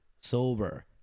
sober